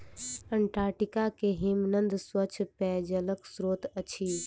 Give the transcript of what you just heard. Antarctica के हिमनद स्वच्छ पेयजलक स्त्रोत अछि